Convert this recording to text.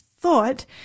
Thought